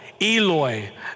Eloi